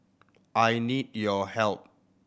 I need your help